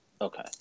Okay